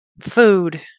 food